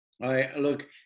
Look